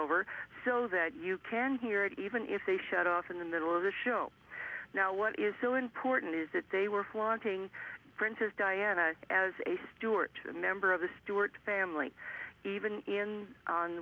over so that you can hear it even if they shut off in the middle of the show now what is so important is that they were wanting princess diana as a stewart member of the stuart family even on